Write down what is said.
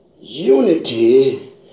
Unity